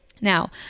Now